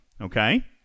okay